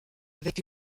avec